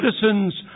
citizens